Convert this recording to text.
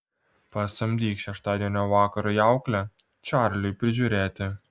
pasamdyk šeštadienio vakarui auklę čarliui prižiūrėti